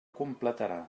completarà